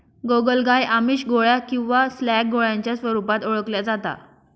गोगलगाय आमिष, गोळ्या किंवा स्लॅग गोळ्यांच्या स्वरूपात ओळखल्या जाता